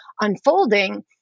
unfolding